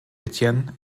etienne